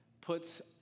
puts